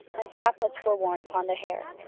and chaplets were worn upon the hair.